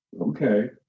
Okay